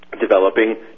developing